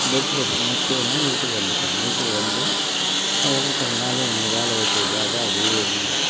bed rest முடிச்சவொன்னே வீட்டுக்கு வந்துவிட்டோம் வீட்டுக்கு வந்து அதுக்கப்புறம் கொஞ்ச நாள் எனக்கு வேலை வெட்டி இல்லாத அப்படியே இருந்தேன்